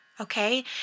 okay